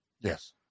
Yes